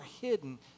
hidden